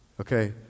Okay